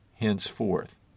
henceforth